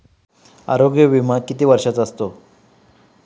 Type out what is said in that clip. आरोग्य विमा किती वर्षांचा असतो?